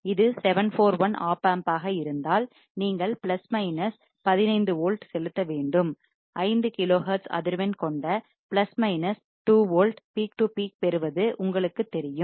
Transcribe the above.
இது 741 ஓப்பம்பாக இருந்தால் நீங்கள் பிளஸ் மைனஸ் 15 வோல்ட் செலுத்த வேண்டும் 5 கிலோஹெர்ட்ஸ் அதிர்வெண் கொண்ட plus minus 2 volt peak to peak பெறுவது உங்களுக்கு தெரியும்